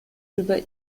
über